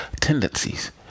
tendencies